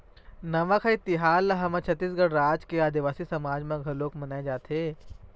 नवाखाई तिहार ल हमर छत्तीसगढ़ राज के आदिवासी समाज म घलोक मनाए जाथे